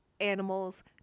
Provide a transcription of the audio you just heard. animals